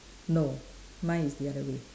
no mine is the other way